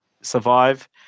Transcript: survive